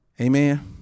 Amen